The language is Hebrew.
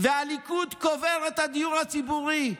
והליכוד קובר את הדיור הציבורי.